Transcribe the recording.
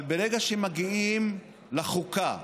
אבל ברגע שמגיעים לחוקה,